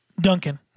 Duncan